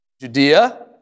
Judea